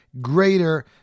greater